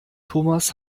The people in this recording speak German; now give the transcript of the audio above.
thomas